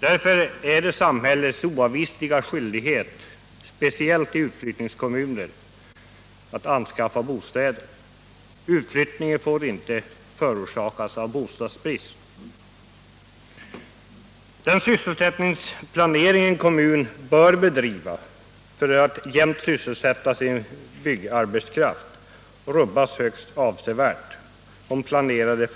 Därför är det samhällets oavvisliga skyldighet — speciellt i utflyttningskommuner — att anskaffa bostäder. Utflyttningen får inte förorsakas av bostadsbrist. Den sysselsättningsplanering en kommun bör bedriva för att jämnt sysselsätta sin byggarbetskraft rubbas högst avsevärt om planerade